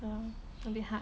oh a bit hard